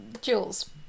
Jules